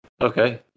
okay